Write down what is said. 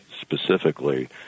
specifically